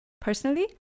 Personally